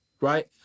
right